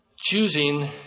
Choosing